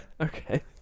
Okay